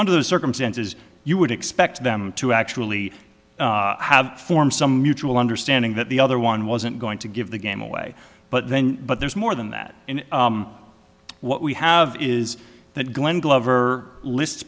under those circumstances you would expect them to actually have form some mutual understanding that the other one wasn't going to give the game away but then but there's more than that in what we have is that going glover lists